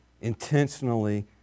intentionally